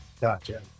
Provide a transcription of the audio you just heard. Gotcha